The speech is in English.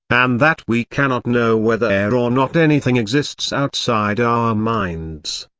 and that we cannot know whether or not anything exists outside our minds.